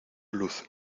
luz